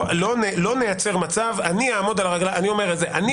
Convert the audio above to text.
אני אומר את זה: אני אעמוד על הרגליים האחוריות.